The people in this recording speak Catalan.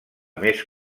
més